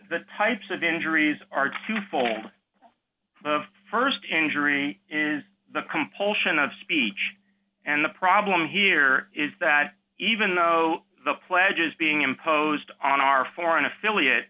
the types of injuries are two fold of st injury is the compulsion of speech and the problem here is that even though the pledge is being imposed on our foreign affiliate